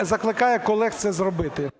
закликає колег це зробити.